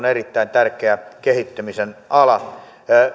erittäin tärkeä kehittymisen ala